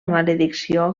maledicció